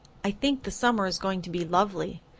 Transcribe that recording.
i think the summer is going to be lovely.